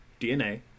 DNA